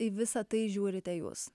į visa tai žiūrite jūs